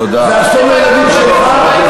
זה אסון לילדים שלך,